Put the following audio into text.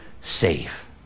safe